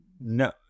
no